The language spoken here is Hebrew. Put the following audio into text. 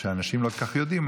שאנשים לא כל כך יודעים,